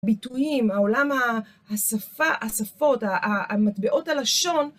ביטויים, העולם השפה, השפות, המטבעות הלשון.